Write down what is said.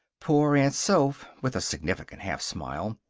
poor aunt soph, with a significant half smile.